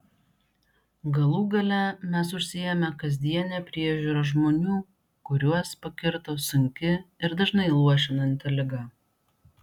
galų gale mes užsiėmę kasdiene priežiūra žmonių kuriuos pakirto sunki ir dažnai luošinanti liga